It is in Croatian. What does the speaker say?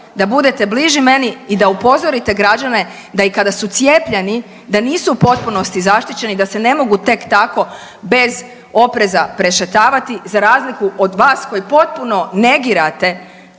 da budete bliži meni i da upozorite građane da i kada su cijepljeni da nisu u potpunosti zaštićeni, da se ne mogu tek tako bez opreza prešetavati za razliku od vas koji potpuno negirate